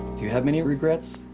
do you have any regrets?